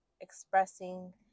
expressing